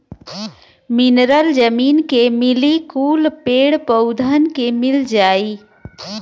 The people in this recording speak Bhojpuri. मिनरल जमीन के मिली कुल पेड़ पउधन के मिल जाई